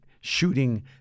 shooting